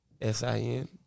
S-I-N